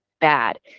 bad